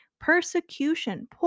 persecution